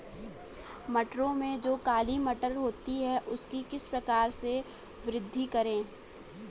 मटरों में जो काली मटर होती है उसकी किस प्रकार से वृद्धि करें?